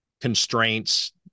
constraints